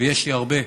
ויש לי הרבה,